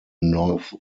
north